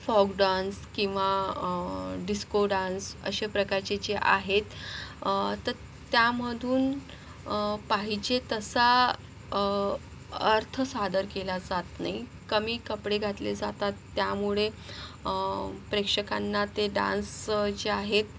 फॉक डान्स किंवा disco dance असे प्रकारचे जे आहेत तर त्यामधून पाहिजे तसा अर्थ सादर केला जात नाही कमी कपडे घातले जातात त्यामुळे प्रेक्षकांना ते डान्स जे आहेत